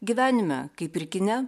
gyvenime kaip ir kite